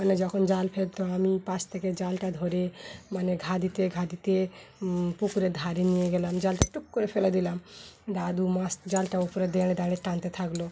মানে যখন জাল ফেলতো আমি পাশ থেকে জালটা ধরে মানে ঘা দিতে ঘাঁ দিতে পুকুরের ধারে নিয়ে গেলাম জালটা টুক করে ফেলে দিলাম দাদু মাছ জালটা উপরে দেঁড়ে দাঁড়ে টানতে থাকলো